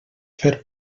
fer